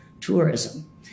tourism